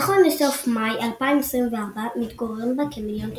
נכון לסוף מאי 2024, מתגוררים בה כמיליון תושבים.